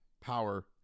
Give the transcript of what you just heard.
Power